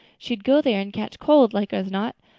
she'd go there and catch cold like as not,